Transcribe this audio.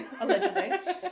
allegedly